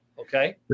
Okay